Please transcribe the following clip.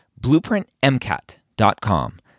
BlueprintMCAT.com